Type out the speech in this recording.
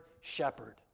shepherd